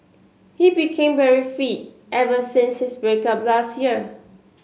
he became very fit ever since his break up last year